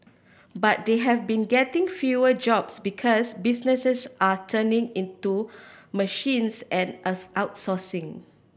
but they have been getting fewer jobs because businesses are turning into machines and outsourcing